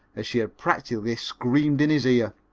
as she had practically screamed in his ear.